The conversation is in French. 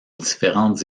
différentes